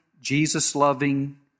Jesus-loving